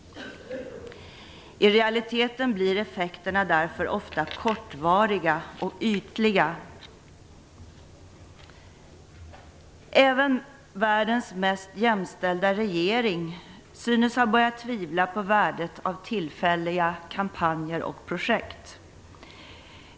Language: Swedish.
I realiteten blir effekterna därför ofta kortvariga och ytliga. Även världens mest jämställda regering synes ha börjat tvivla på värdet av tillfälliga kampanjer och projekt.